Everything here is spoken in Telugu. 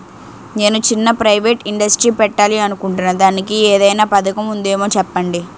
నేను చిన్న ప్రైవేట్ ఇండస్ట్రీ పెట్టాలి అనుకుంటున్నా దానికి ఏదైనా పథకం ఉందేమో చెప్పండి?